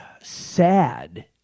Sad